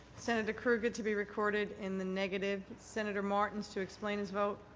senator krueger to be recorded in the negative. senator martins to explain his vote.